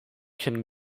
can